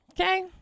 Okay